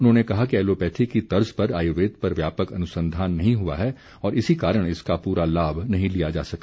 उन्होंने कहा कि एलोपैथी की तर्ज पर आयुर्वेद पर व्यापक अनुसंधान नहीं हुआ है और इसी कारण इसका पूरा लाभ नहीं लिया जा सका